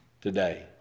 today